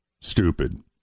stupid